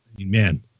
man